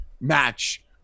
match